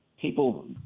people